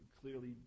clearly